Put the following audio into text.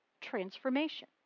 transformation